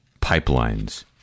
pipelines